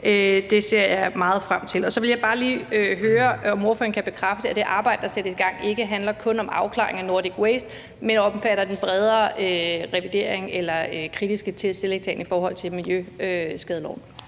ser jeg meget frem til. Så vil jeg bare lige høre, om ordføreren kan bekræfte, at det arbejde, der sættes i gang, ikke kun handler om afklaring af Nordic Waste, men omfatter en bredere revidering og kritisk stillingtagen i forhold til miljøskadeloven.